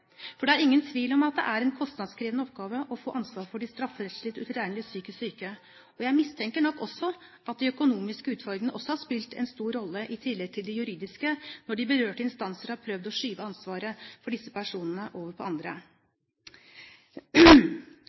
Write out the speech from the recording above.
For det er ingen tvil om at det er en kostnadskrevende oppgave å få ansvar for de strafferettslig utilregnelige psykisk syke. Jeg mistenker nok at de økonomiske utfordringene også har spilt en stor rolle i tillegg til de juridiske når de berørte instanser har prøvd å skyve ansvaret for disse personene over på andre.